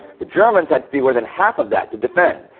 the germans had fewer than half of that to defend.